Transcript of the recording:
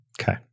okay